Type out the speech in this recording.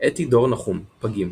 אתי דור-נחום, פגים